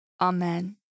Amen